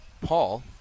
Paul